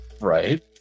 Right